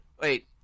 wait